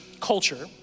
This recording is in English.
culture